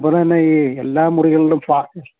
അതുപോലെ തന്നെ ഈ എല്ലാ മുറികളിലും